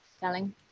Darling